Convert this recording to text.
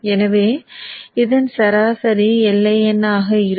எனவே இதன் சராசரி Iin ஆக இருக்கும்